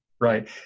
Right